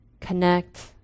connect